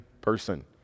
person